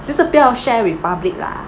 就是不要 share with public lah